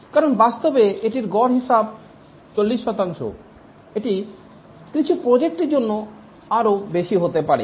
কারণ বাস্তবে এটির গড় হিসাব 40 শতাংশ এটি কিছু প্রজেক্টের জন্য আরও বেশি হতে পারে